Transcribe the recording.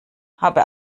habe